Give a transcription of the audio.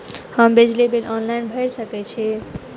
हम बिजली bill online भैर सकै छी?